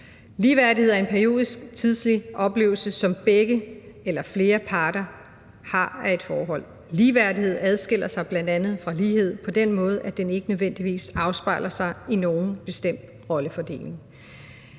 Ligeværdighed er en periodisk, tidslig oplevelse, som begge eller flere parter har af et forhold. Ligeværdighed adskiller sig bl.a. fra lighed på den måde, at det ikke nødvendigvis afspejler sig i nogen bestemt rollefordeling.